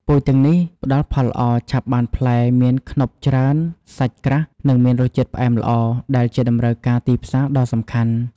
ពូជទាំងនេះផ្តល់ផលល្អ ឆាប់បានផ្លែ មានខ្នុបច្រើន សាច់ក្រាស់ និងមានរសជាតិផ្អែមល្អ ដែលជាតម្រូវការទីផ្សារដ៏សំខាន់។